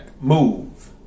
move